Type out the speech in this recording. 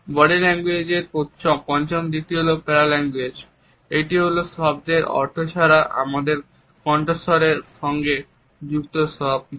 body language এর পঞ্চম দিকটি হলো প্যারা ল্যাঙ্গুয়েজ